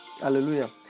Hallelujah